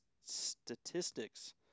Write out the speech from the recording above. statistics